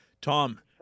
Tom